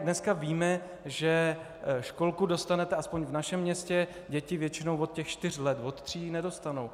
Dneska víme, že školku dostanou, aspoň v našem městě, děti většinou od čtyř let, od tří ji nedostanou.